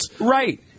Right